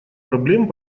проблем